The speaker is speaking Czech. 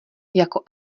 jako